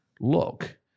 look